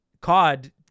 COD